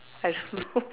I don't know